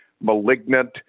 malignant